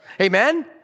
Amen